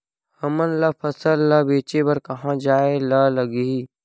हमन ला फसल ला बेचे बर कहां जाये ला लगही?